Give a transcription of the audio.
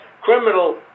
criminal